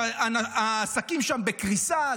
שהעסקים שם בקריסה.